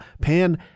pan